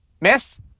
Miss